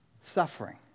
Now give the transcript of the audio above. suffering